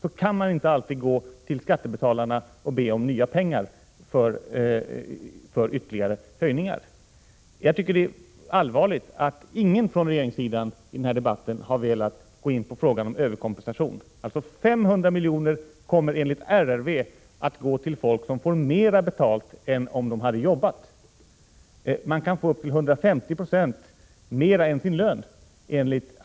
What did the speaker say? Man kan inte alltid gå till skattebetalarna och be om nya pengar för ytterligare höjningar. Jag tycker det är allvarligt att ingen från regeringssidan i den här debatten har velat gå in på frågan om överkompensation. 500 milj.kr. kommer enligt RRV att gå till folk som då får mer betalt än om de hade jobbat. Enligt arbetsgivarverket kan man få upp till 150 26 mer än sin lön.